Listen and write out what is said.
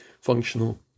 functional